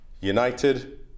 United